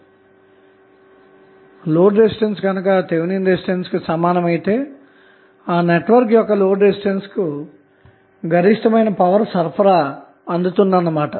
కాబట్టి load resistance గనక Thevenin resistance కు సమానమైతే ఆ నెట్వర్క్ యొక్క లోడ్ రెసిస్టెన్స్ కు గరిష్టంగా పవర్ సరఫరా అందుతుందన్నమాట